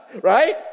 Right